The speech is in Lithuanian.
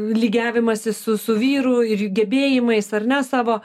lygiavimasį su su vyru ir gebėjimais ar ne savo